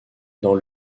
dans